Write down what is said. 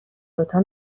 دوتا